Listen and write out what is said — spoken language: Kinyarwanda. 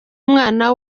umwana